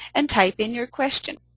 and type in your question.